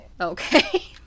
okay